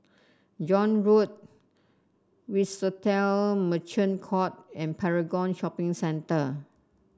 John Road Swissotel Merchant Court and Paragon Shopping Centre